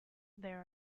there